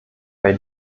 bei